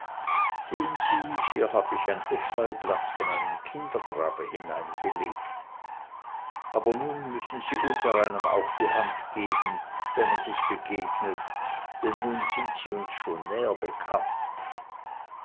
sehen sie hier hab ich ein efeublatt von einem kindergrabe hineingelegt aber nun müssen sie unsereinem auch die hand geben wenn man sich begegnet denn nun sind sie uns schon näher bekannt